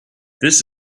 this